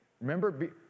remember